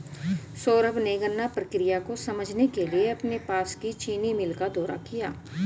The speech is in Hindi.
सौरभ ने गन्ना प्रक्रिया को समझने के लिए अपने पास की चीनी मिल का दौरा किया